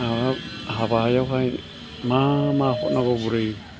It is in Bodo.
हाब हाबायावहाय मा मा हरनांगौ बुरै